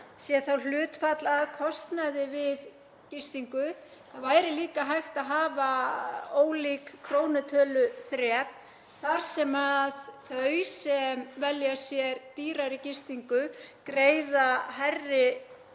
sé þá hlutfall af kostnaði við gistingu. Það væri líka hægt að hafa ólík krónutöluþrep þar sem þau sem velja sér dýrari gistingu greiða hærri